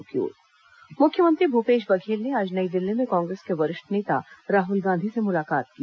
मुख्यमंत्री राहुल गांधी मुख्यमंत्री भूपेश बघेल ने आज नई दिल्ली में कांग्रेस के वरिष्ठ नेता राहुल गांधी से मुलाकात की